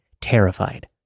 terrified